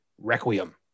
Requiem